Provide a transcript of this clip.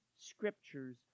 scriptures